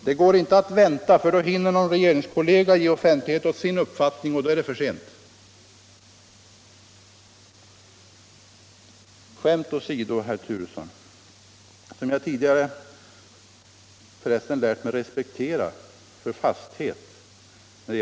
Det går inte att vänta, för då hinner någon regeringskollega ge offentlighet åt sin uppfattning, och sedan är det för sent. Skämt åsido.